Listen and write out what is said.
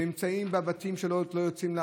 והנמצאים בבתים לא יוצאים לעבודה.